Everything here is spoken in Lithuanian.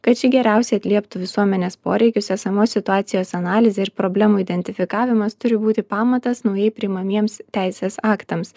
kad ši geriausiai atlieptų visuomenės poreikius esamos situacijos analizė ir problemos identifikavimas turi būti pamatas naujai priimamiems teisės aktams